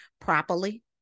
properly